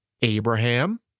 Abraham